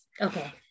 okay